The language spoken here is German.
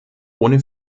ohne